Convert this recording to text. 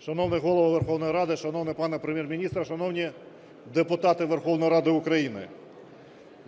Шановний Голово Верховної Ради, шановний пане Прем'єр-міністре, шановні депутати Верховної Ради України!